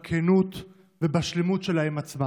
בכנות ובשלמות שלה עם עצמה.